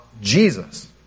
Jesus